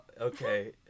okay